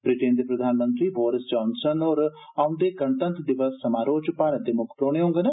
Britain दे प्रधानमंत्री Boris Johnson होर औंदे गणतंत्र दिवस समारोह च भारत दे मुक्ख परौहने होड़न